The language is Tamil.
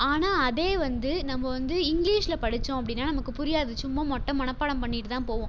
ஆனால் அதே வந்து நம்ம வந்து இங்கிலீஷீல் படிச்சோம் அப்படின்னா நமக்குப் புரியாது சும்மா மொட்டை மனப்பாடம் பண்ணிகிட்டு தான் போவோம்